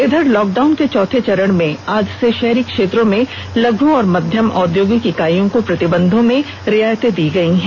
इधर लॉकडाउन के चौथे चरण में आज से शहरी क्षेत्रों में लघ् और मध्यम औदयोगिक इकाइयों को प्रतिबंधों में रियायते दी गई है